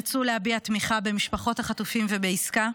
יצאו להביע תמיכה במשפחות החטופים ובעסקה,